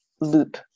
loop